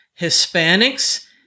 Hispanics